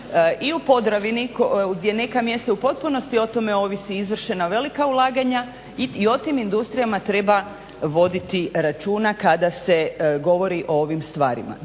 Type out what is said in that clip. i u Podravini gdje neka mjesta u potpunosti o tome ovisi izvršena velika ulaganja i o tim industrijama treba voditi računa kada se govori o ovim stvarima.